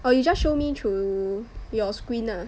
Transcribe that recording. or you just show me through your screen lah